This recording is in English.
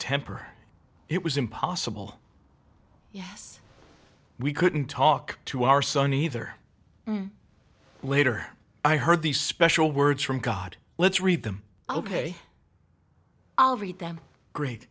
temper it was impossible yes we couldn't talk to our son either later i heard these special words from god let's read them ok i'll read them great